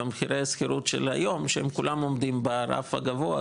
במחירי השכירות של היום שהם כולם עומדים ברף הגבוה,